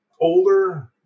older